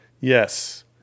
Yes